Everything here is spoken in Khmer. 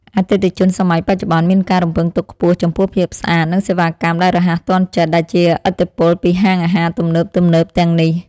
អតិថិជនសម័យបច្ចុប្បន្នមានការរំពឹងទុកខ្ពស់ចំពោះភាពស្អាតនិងសេវាកម្មដែលរហ័សទាន់ចិត្តដែលជាឥទ្ធិពលពីហាងអាហារទំនើបៗទាំងនេះ។